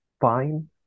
fine